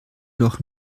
doch